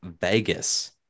Vegas